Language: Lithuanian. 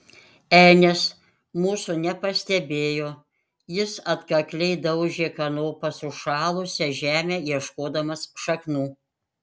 elnias mūsų nepastebėjo jis atkakliai daužė kanopa sušalusią žemę ieškodamas šaknų